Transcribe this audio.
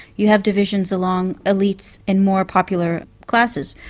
you have divisions along elites and more popular classes,